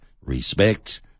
respect